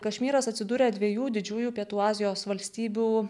kašmyras atsidūrė dviejų didžiųjų pietų azijos valstybių kovos epicentre